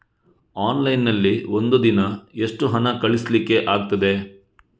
Online ನಲ್ಲಿ ಒಂದು ದಿನ ಎಷ್ಟು ಹಣ ಕಳಿಸ್ಲಿಕ್ಕೆ ಆಗ್ತದೆ?